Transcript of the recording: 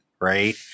Right